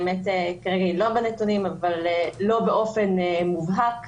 כרגע היא לא בנתונים, אבל לא באופן מובהק,